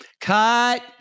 Cut